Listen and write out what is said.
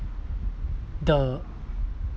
the